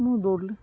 ମୁଁ ଦୌଡ଼ିଲି